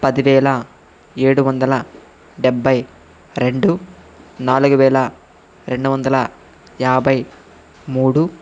పదివేల ఏడు వందల డెబ్బై రెండు నాలుగు వేల రెండు వందల యాభై మూడు